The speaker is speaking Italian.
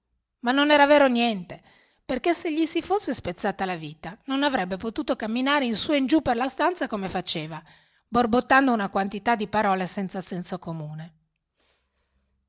ma non era vero niente perché se gli si fosse spezzata la vita non avrebbe potuto camminare in su e in giù per la stanza come faceva borbottando una quantità di parole senza senso comune